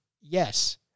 Yes